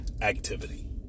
activity